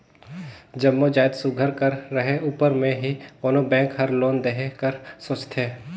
जम्मो जाएत सुग्घर कर रहें उपर में ही कोनो बेंक हर लोन देहे कर सोंचथे